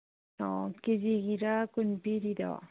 ꯑꯣ ꯀꯦꯖꯤꯒꯤꯔ ꯀꯨꯟ ꯄꯤꯔꯤꯗꯣ